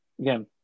again